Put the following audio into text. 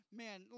man